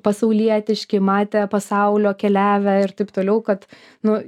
pasaulietiški matę pasaulio keliavę ir taip toliau kad nu